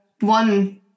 one